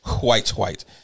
white-white